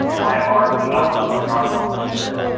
by and large, and the numbers are not normally there.